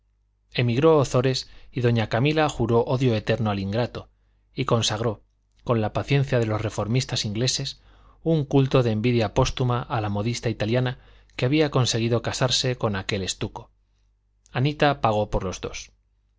emigró ozores y doña camila juró odio eterno al ingrato y consagró con la paciencia de los reformistas ingleses un culto de envidia póstuma a la modista italiana que había conseguido casarse con aquel estuco anita pagó por los dos